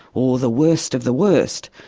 or the worst of the worst,